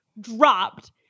Dropped